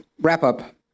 wrap-up